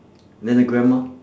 then the grandma